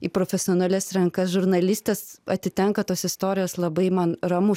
į profesionalias rankas žurnalistės atitenka tos istorijos labai man ramu